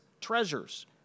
treasures